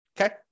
okay